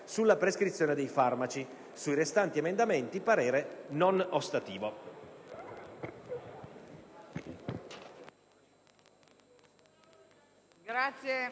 sulla prescrizione dei farmaci; - sui restanti emendamenti parere non ostativo».